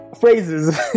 phrases